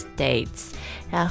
States